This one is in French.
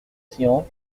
tian